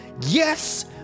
Yes